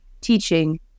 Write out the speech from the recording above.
teaching